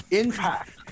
impact